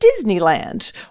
Disneyland